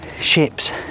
ships